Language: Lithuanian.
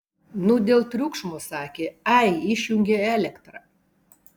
nu dėl triukšmo sakė ai išjungė elektrą